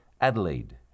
Adelaide